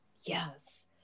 Yes